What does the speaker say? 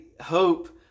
hope